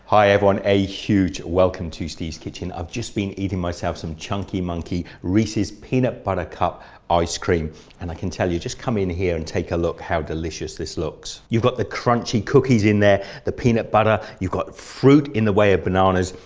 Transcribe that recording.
hi everyone a huge welcome to steve's kitchen. i've just been eating myself some chunky monkey reese's peanut butter cup ice cream and i can tell you just come in here and take a look how delicious this looks. you've got the crunchy cookies in there, the peanut butter but you've got fruit in the way of bananas.